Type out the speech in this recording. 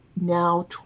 now